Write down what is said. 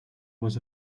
was